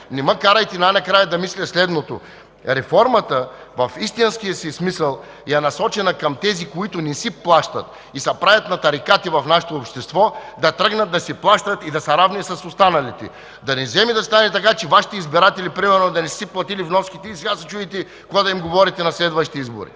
Не ме карайте накрая да мисля следното – реформата в истинския си смисъл е насочена към тези, които не си плащат и се правят на тарикати в нашето общество, да тръгнат да си плащат и да са равни с останалите. Да не вземе да стане така, че примерно Вашите избиратели не са си платили вноските и сега да се чудите какво да им говорите на следващите избори!